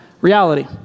reality